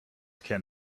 can